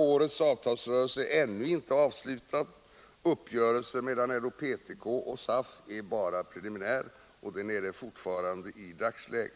Årets avtalsrörelse är ännu inte avslutad. Uppgörelsen mellan LO/PTK och SAF är bara preliminär. Det är den även i dagens läge.